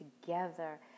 together